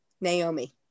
Naomi